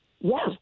Yes